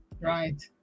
right